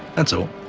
and so